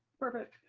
perfect.